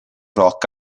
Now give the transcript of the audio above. rock